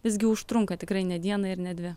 visgi užtrunka tikrai ne dieną ir ne dvi